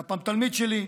היה פעם תלמיד שלי.